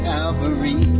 Calvary